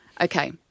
Okay